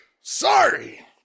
sorry